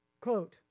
Quote